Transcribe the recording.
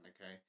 okay